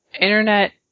internet